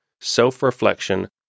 self-reflection